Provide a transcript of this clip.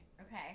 Okay